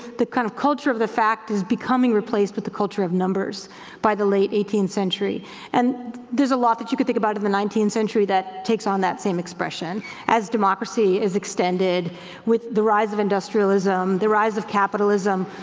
the kind of culture of the fact is becoming replaced with the culture of numbers by the late eighteenth century and there's a lot that you could think about in the nineteenth century that takes on that same expression as democracy is extended with the rise of industrialism, the rise of capitalism,